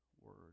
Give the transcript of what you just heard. word